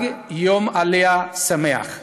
יום עלייה שמח.